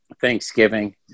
Thanksgiving